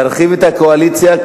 תרחיב את הקואליציה,